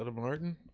but martin.